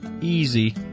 easy